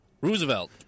Roosevelt